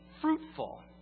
fruitful